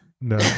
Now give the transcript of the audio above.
No